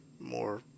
more